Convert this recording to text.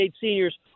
seniors